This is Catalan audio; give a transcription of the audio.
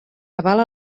avala